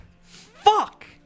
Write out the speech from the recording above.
Fuck